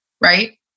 right